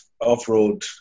off-road